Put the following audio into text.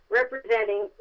representing